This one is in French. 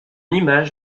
image